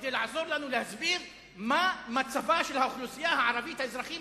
כי זה יעזור לנו להסביר מה מצבה של האוכלוסייה האזרחית,